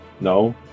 No